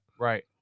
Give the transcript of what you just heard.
Right